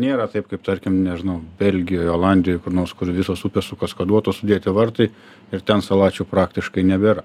nėra taip kaip tarkim nežinau belgijoj olandijoj kur nors kur visos upės su kaskaduotos sudėti vartai ir ten salačių praktiškai nebėra